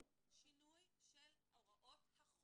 שמוגדר מבחינתנו עד 100 מיליון,